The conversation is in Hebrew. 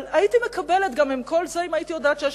אבל הייתי מקבלת גם את כל זה אם הייתי יודעת שיש